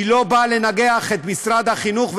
היא לא באה לנגח את משרד החינוך,